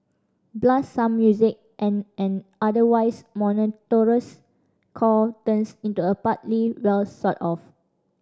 blast some music and an otherwise monotonous chore turns into a partly well sort of